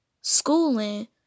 schooling